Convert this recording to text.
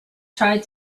tried